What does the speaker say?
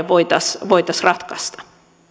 voitaisiin voitaisiin ratkaista